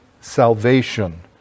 salvation